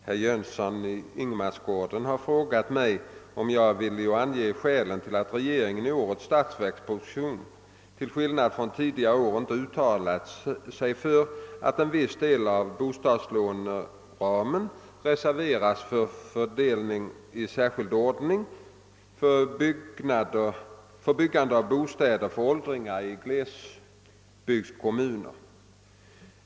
Herr talman! Herr Jönsson i Ingemarsgården har frågat mig om jag är villig att ange skälen till att regeringen i årets statsverksproposition till skillnad från tidigare år inte uttalar sig för att en viss del av bostadslåneramen reserveras för fördelning i särskild ordning för byggande av bostäder för åldringar i glesbygdskommuner.